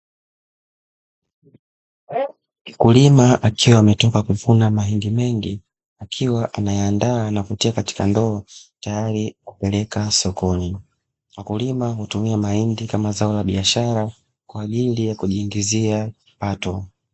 Mkulima akiwa ametoka kuvuna mahindi mengi, akiwa anayaandaa na kutia katika ndoo tayari kupeleka sokoni, mkulima hutumia mahindi kama zao la biashara kwa ajili ya kujiingizia kipato.